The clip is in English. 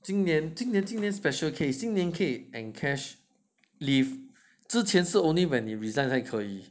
今年今年今年 special case 可以 encash leave 之前是 so only when 你 resigned 还可以